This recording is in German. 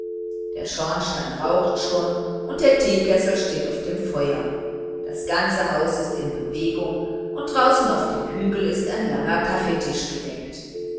der schornstein raucht schon und der teekessel steht auf dem feuer das ganze haus ist in bewegung und draußen auf dem hügel ist ein langer kaffeetisch gedeckt